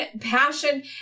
passion